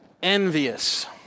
envious